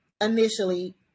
initially